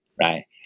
right